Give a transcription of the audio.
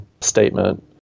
statement